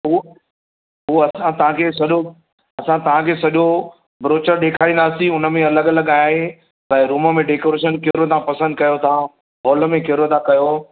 उओ उहो असां तव्हांखे सॼो असां तव्हांखे सॼो ब्रोचर ॾेखारींदासीं हुनमें अलॻि अलॻि आहे बई रूम में डैकोरेशन केहिड़ो तव्हां पसंंदि कयो था हॉल में कहिड़ो था कयो